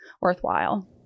worthwhile